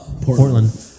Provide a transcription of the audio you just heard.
Portland